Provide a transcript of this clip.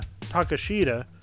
Takashita